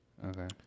Okay